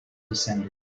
descended